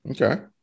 Okay